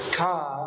car